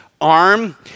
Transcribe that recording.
arm